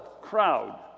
crowd